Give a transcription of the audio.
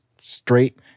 straight